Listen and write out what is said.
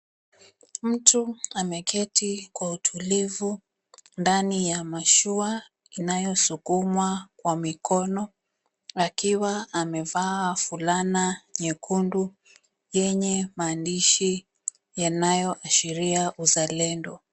Mtu ameketi kwa utulivu ndani ya mashua inayosukumwa kwa mikono akiwa amevaa fulana nyekundu yenye maandishi yanayoashiria uzalendo.